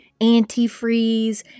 antifreeze